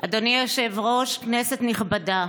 אדוני היושב-ראש, כנסת נכבדה,